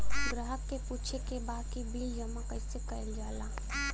ग्राहक के पूछे के बा की बिल जमा कैसे कईल जाला?